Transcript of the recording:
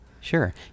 Sure